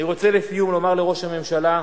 לסיום אני רוצה לומר לראש הממשלה,